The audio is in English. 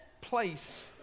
place